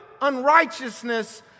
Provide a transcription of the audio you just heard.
unrighteousness